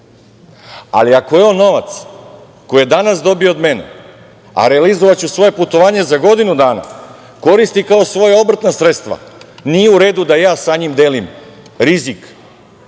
Ali, ako je on novac koji je danas dobio od mene, a realizovaću svoje putovanje za godinu dana, koristi kao svoja obrtna sredstva, nije uredu da ja sa njim delim rizik